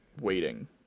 waiting